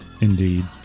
Indeed